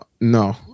no